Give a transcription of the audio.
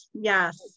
Yes